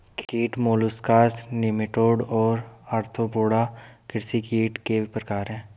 कीट molluscs nematode और arthropoda कृषि कीट के प्रकार हैं